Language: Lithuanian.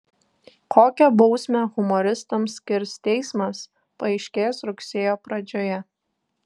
kokią bausmę humoristams skirs teismas paaiškės rugsėjo pradžioje